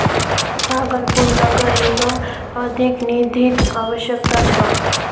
भागलपुर नगर निगमक अधिक निधिर अवश्यकता छ